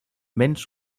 mensch